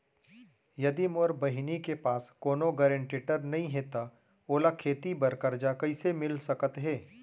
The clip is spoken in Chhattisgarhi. यदि मोर बहिनी के पास कोनो गरेंटेटर नई हे त ओला खेती बर कर्जा कईसे मिल सकत हे?